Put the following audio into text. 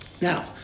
Now